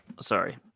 sorry